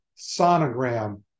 sonogram